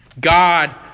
God